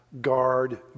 guard